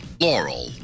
Laurel